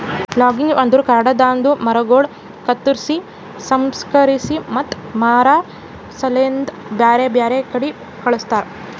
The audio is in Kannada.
ಲಾಗಿಂಗ್ ಅಂದುರ್ ಕಾಡದಾಂದು ಮರಗೊಳ್ ಕತ್ತುರ್ಸಿ, ಸಂಸ್ಕರಿಸಿ ಮತ್ತ ಮಾರಾ ಸಲೆಂದ್ ಬ್ಯಾರೆ ಬ್ಯಾರೆ ಕಡಿ ಕಳಸ್ತಾರ